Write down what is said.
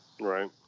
Right